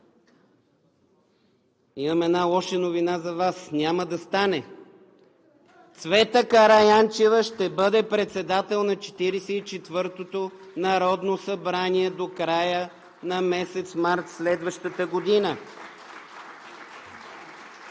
Имам една лоша новина за Вас – няма да стане! Цвета Караянчева ще бъде председател на 44-тото народно събрание до края на месец март следващата година!